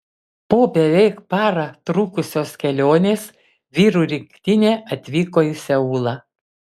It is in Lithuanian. po beveik parą trukusios kelionės vyrų rinktinė atvyko į seulą